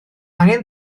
angen